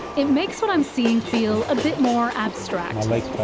it makes what i'm seeing feel a bit more abstract, like